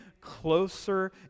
closer